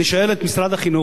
אני שואל את משרד החינוך,